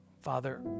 Father